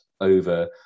over